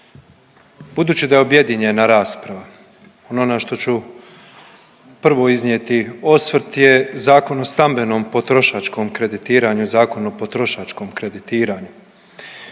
budući da je objedinjena rasprava ono na što ću prvo iznijeti osvrt je Zakon o stambenom potrošačkom kreditiranju i Zakon o potrošačkom kreditiranju.